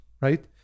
right